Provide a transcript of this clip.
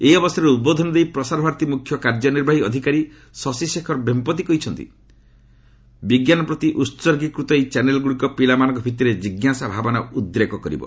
ଏହି ଅବସରରେ ଉଦ୍ବୋଧନ ଦେଇ ପ୍ରସାରଭାରତୀ ମୁଖ୍ୟ କାର୍ଯ୍ୟ ନିର୍ବାହୀ ଅଧିକାରୀ ଶଶିଶେଖର ବେମ୍ପତି କହିଛନ୍ତି ବିଜ୍ଞାନ ପ୍ରତି ଉତ୍ଗୀକୃତ ଏହି ଚ୍ୟାନେଲ୍ଗୁଡ଼ିକ ପିଲାମାନଙ୍କ ଭିତରେ କିଜ୍ଞାସା ଭାବନା ଉଦ୍ରେକ କରିବ